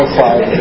five